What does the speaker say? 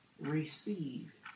received